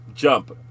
jump